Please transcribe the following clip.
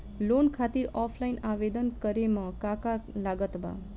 Loan खातिर offline आवेदन करे म का का लागत बा?